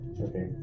Okay